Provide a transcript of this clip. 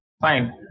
Fine